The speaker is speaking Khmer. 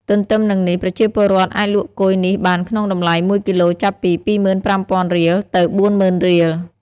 ទន្ទឹមនឹងនេះ ប្រជាពលរដ្ឋអាចលក់គុយនេះបានក្នុងតម្លៃ ១គីឡូ ចាប់ពី ២៥០០០រៀល ទៅ៤០០០០ រៀល។